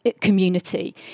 community